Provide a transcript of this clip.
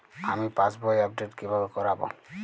আমি পাসবই আপডেট কিভাবে করাব?